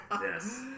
Yes